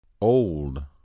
Old